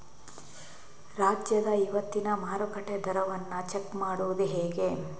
ರಾಜ್ಯದ ಇವತ್ತಿನ ಮಾರುಕಟ್ಟೆ ದರವನ್ನ ಚೆಕ್ ಮಾಡುವುದು ಹೇಗೆ?